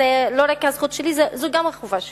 זו לא רק הזכות שלי, זו גם החובה שלי.